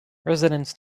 residents